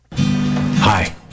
Hi